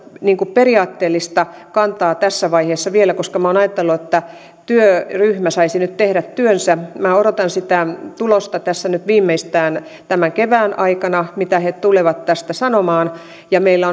periaatteellista kantaa tässä vaiheessa vielä koska minä olen ajatellut että työryhmä saisi nyt tehdä työnsä minä odotan sitä tulosta nyt viimeistään tämän kevään aikana mitä he tulevat tästä sanomaan ja meillä